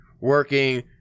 working